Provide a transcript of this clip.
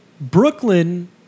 Brooklyn